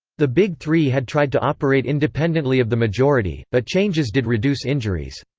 the big three had tried to operate independently of the majority, but changes did reduce injuries.